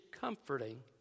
comforting